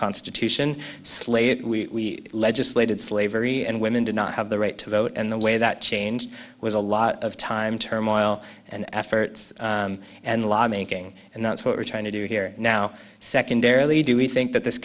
constitution slate we legislated slavery and women did not have the right to vote and the way that changed was a lot of time turmoil and efforts and law making and that's what we're trying to do here now secondarily do we think that this